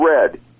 red